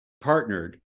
partnered